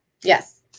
Yes